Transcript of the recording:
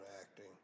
acting